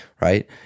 right